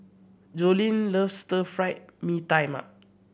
Joleen loves Stir Fried Mee Tai Mak